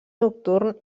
nocturn